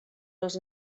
les